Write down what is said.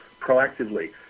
proactively